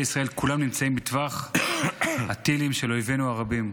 ישראל כולם נמצאים בטווח הטילים של אויבינו הרבים.